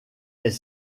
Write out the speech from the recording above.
est